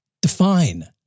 define